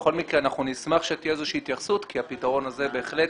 בכל מקרה אנחנו נשמח שתהיה איזושהי התייחסות כי הפתרון הזה בהחלט